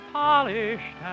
polished